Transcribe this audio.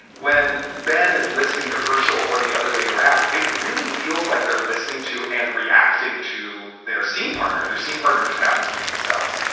when ben is listening to hershel or the other way around, it really feels like they're listening to and reacting to their scene partner. their scene partner just happens to be themselves.